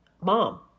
mom